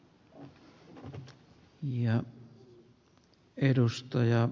arvoisa puhemies